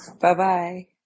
Bye-bye